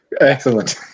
Excellent